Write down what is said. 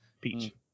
peach